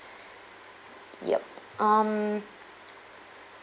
yup um